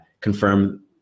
confirm